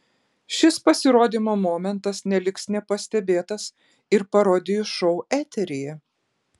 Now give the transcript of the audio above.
šis pasirodymo momentas neliks nepastebėtas ir parodijų šou eteryje